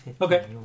Okay